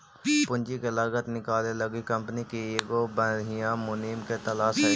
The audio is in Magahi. पूंजी के लागत निकाले लागी कंपनी के एगो बधियाँ मुनीम के तलास हई